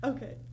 Okay